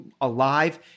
alive